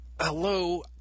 Hello